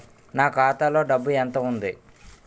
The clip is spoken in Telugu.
నా ఖాతాలో డబ్బు ఎంత ఉంది?